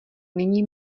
nyní